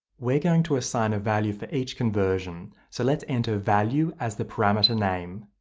we're going to assign a value for each conversion, so let's enter value as the parameter name.